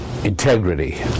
integrity